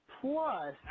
Plus